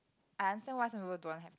I understand why some people don't want have